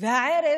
והערב